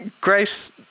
Grace